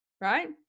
right